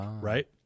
right